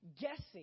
guessing